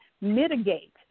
mitigate